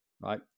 right